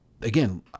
Again